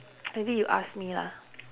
maybe you ask me lah